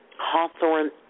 Hawthorne